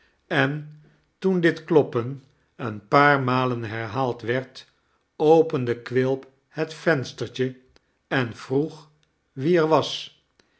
en toen dit kloppen een paar malen herhaald was opende quilp het venstertje en vroeg wie er was